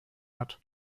hat